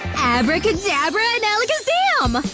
abracadabra and alakazam!